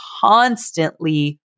constantly